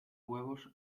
huevos